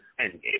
Endgame